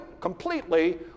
completely